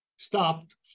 Stopped